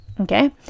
okay